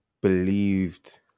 believed